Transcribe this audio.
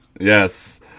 Yes